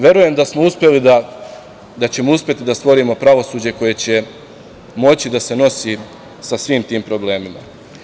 Verujem da ćemo uspeti da stvorimo pravosuđe koje će moći da se nosi sa svim tim problemima.